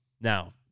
now